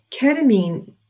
ketamine